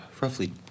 roughly